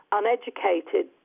uneducated